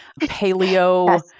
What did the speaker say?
paleo-